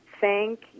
thank